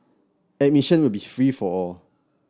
admission will be free for all